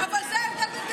חוק זכויות